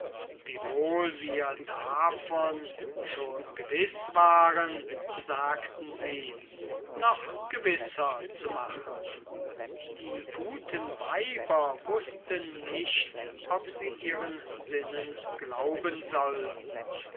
wiewohl wir davon schon gewiß waren sagten sie noch gewisser zu machen die guten weiber wußten nicht ob sie ihren sinnen glauben sollten